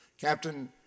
Captain